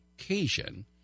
occasion